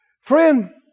Friend